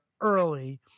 early